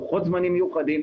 לוחות זמנים מיוחדים,